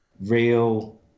real